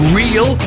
real